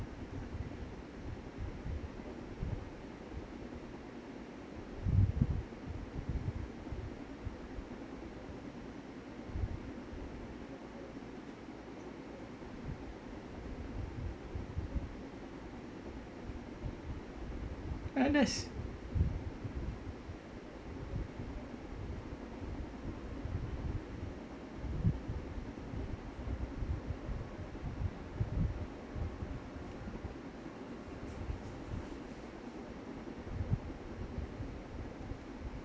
ah that's